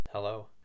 Hello